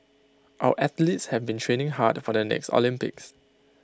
our athletes have been training hard for the next Olympics